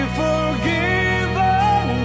forgiven